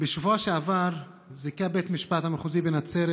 בשבוע שעבר זיכה בית המשפט המחוזי בנצרת